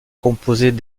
composées